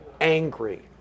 angry